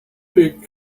beak